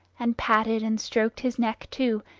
and patted and stroked his neck too,